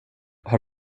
har